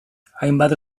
hainbat